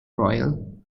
royal